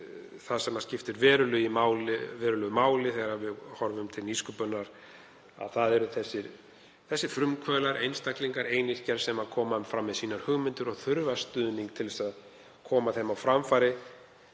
það sem skiptir verulegu máli þegar við horfum til nýsköpunar, það eru þessir frumkvöðlar, einstaklingar, einyrkjar sem koma fram með hugmyndir sínar og þurfa stuðning til að koma þeim á framfæri,